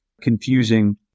confusing